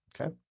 Okay